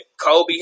Kobe